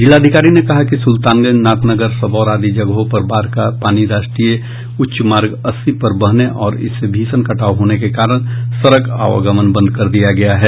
जिलाधिकारी ने कहा कि सुल्तानगंज नाथनगर सबौर आदि जगहों पर बाढ़ का पानी राष्ट्रीय उच्च मार्ग अस्सी पर बहने और इससे भीषण कटाव होने के कारण सड़क आवागमन बंद कर दिया गया है